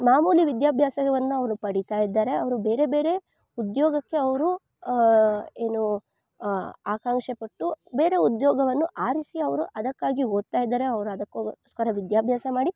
ಮಾಮುಲಿ ವಿದ್ಯಾಭ್ಯಾಸವನ್ನು ಅವರು ಪಡೀತಾಯಿದ್ದಾರೆ ಅವರು ಬೇರೆ ಬೇರೆ ಉದ್ಯೋಗಕ್ಕೆ ಅವರು ಏನು ಆಕಾಂಕ್ಷೆಪಟ್ಟು ಬೇರೆ ಉದ್ಯೋಗವನ್ನು ಆರಿಸಿ ಅವರು ಅದಕ್ಕಾಗಿ ಓದ್ತಾಯಿದ್ದಾರೆ ಅವರು ಅದಕ್ಕೋಸ್ಕರ ವಿದ್ಯಾಭ್ಯಾಸ ಮಾಡಿ